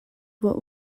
what